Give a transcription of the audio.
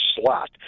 slot